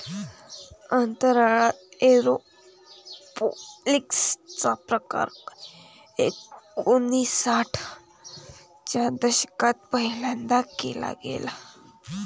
अंतराळात एरोपोनिक्स चा प्रकार एकोणिसाठ च्या दशकात पहिल्यांदा केला गेला